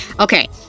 Okay